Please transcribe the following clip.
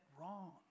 wrong